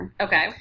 Okay